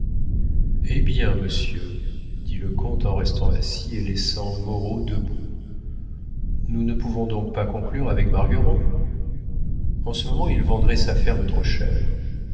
eh bien monsieur dit le comte en restant assis et laissant moreau debout nous ne pouvons donc pas coucher avec margueron en ce moment il vendrait sa ferme trop cher